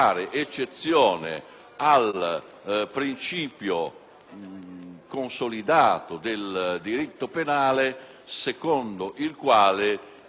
consolidato del diritto penale secondo il quale il *post factum* non è punibile.